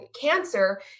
cancer